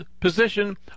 position